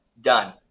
done